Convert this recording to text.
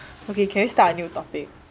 okay can you start a new topic